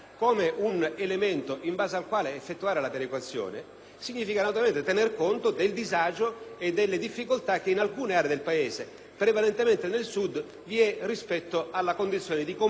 conto naturalmente anche del disagio e delle difficoltà che vi sono in alcune aree del Paese, prevalentemente nel Sud, rispetto alla condizione di competitività cui il Paese stesso è chiamato, ancora di più, con il federalismo.